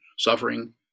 suffering